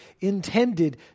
intended